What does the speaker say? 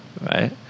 right